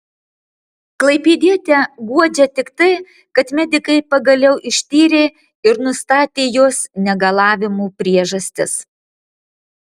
klaipėdietę guodžia tik tai kad medikai pagaliau ištyrė ir nustatė jos negalavimų priežastis